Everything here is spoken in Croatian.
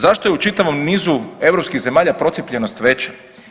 Zašto je u čitavom nizu europskih zemalja procijepljenost veća?